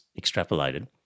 extrapolated